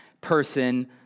person